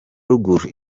ruguru